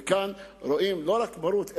וכאן רואים לא רק מרות,